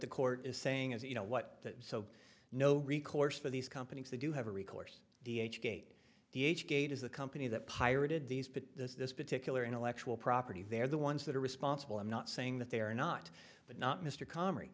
the court is saying as you know what so no recourse for these companies they do have a recourse d h gate the h gate is the company that pirated these put this particular intellectual property they're the ones that are responsible i'm not saying that they are not but not mr co